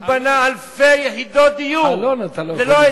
הוא בנה אלפי יחידות דיור ללא היתר.